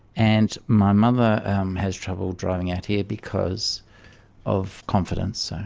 and my mother has trouble driving out here because of confidence,